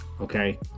Okay